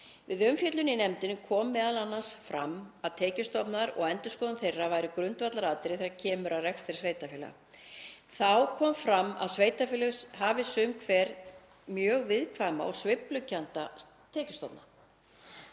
Við umfjöllun í nefndinni kom m.a. fram að tekjustofnar og endurskoðun þeirra væru grundvallaratriði þegar kemur að rekstri sveitarfélaga. Þá kom fram að sveitarfélög hafi sum hver mjög viðkvæma og sveiflukennda tekjustofna.